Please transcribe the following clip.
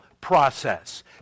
process